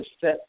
set